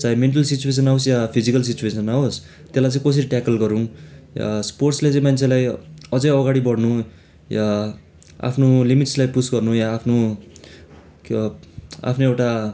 चाहे mental situation आवोस् या फिजिकल सिचुएसन आओस् त्यसलाई चाहिँ कसरी ट्याकल गरौँ स्पोर्ट्सले चाहिँ मान्छेलाई अझै अघाडि बड्नु या आफ्नो लिमिट्सलाई पुस गर्नु या आफ्नु क्या आफ्नो एउटा